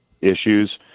issues